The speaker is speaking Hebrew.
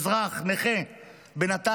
אזרח נכה מנתניה,